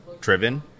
driven